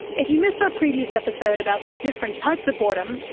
if you missed our previous episode about the different types of boredom,